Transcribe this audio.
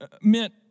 meant